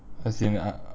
as in I